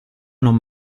non